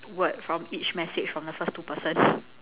word from each message from the first two person